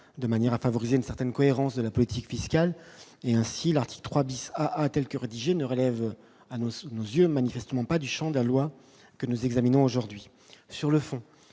de manière à favoriser une certaine cohérence de la politique fiscale et ainsi, l'article 3 bis à telle que rédigée ne relève à sous nos yeux, manifestement pas du Champ de la loi que nous examinons aujourd'hui sur le fond.